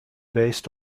based